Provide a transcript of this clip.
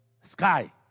Sky